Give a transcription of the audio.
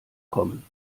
kommen